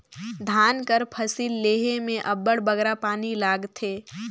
धान कर फसिल लेहे में अब्बड़ बगरा पानी लागथे